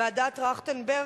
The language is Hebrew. ועדת-טרכטנברג,